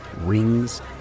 rings